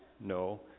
No